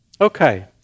Okay